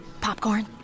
Popcorn